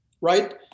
right